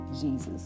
Jesus